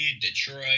Detroit